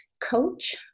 coach